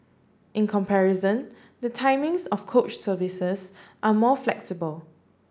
in comparison the timings of coach services are more flexible